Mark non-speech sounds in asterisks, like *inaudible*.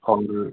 *unintelligible*